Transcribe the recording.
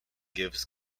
gives